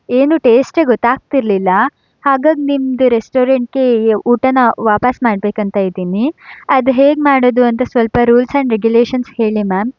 ಏನೂ ಟೇಸ್ಟೇ ಗೊತ್ತಾಗುತ್ತಿರಲಿಲ್ಲ ಹಾಗಾಗಿ ನಿಮ್ಮದು ರೆಸ್ಟೋರೆಂಟ್ಗೆ ಈ ಊಟಾನ ವಾಪಸ್ ಮಾಡಬೇಕಂತ ಇದ್ದೀನಿ ಅದು ಹೇಗೆ ಮಾಡೋದು ಅಂತ ಸ್ವಲ್ಪ ರೂಲ್ಸ್ ಆ್ಯಂಡ್ ರೆಗ್ಯುಲೇಷನ್ಸ್ ಹೇಳಿ ಮ್ಯಾಮ್